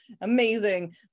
amazing